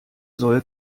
soll